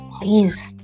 Please